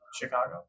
Chicago